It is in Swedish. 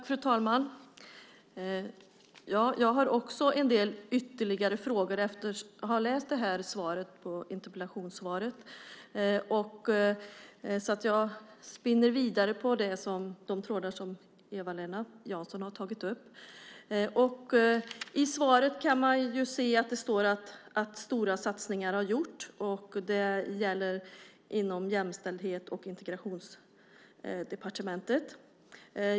Fru talman! Jag har också en del ytterligare frågor efter att ha läst det här interpellationssvaret. Jag spinner vidare på de trådar som Eva-Lena Jansson har tagit upp. I svaret står det att stora satsningar har gjorts. Det gäller inom Integrations och jämställdhetsdepartementet.